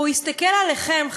והוא יסתכל עליכם,